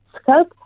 scope